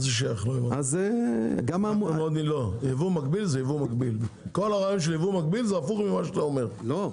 כל הרעיון של ייבוא מקביל זה הפוך ממה שאתה אומר.